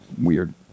weird